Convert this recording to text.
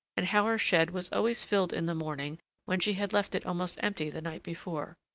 and how her shed was always filled in the morning when she had left it almost empty the night before.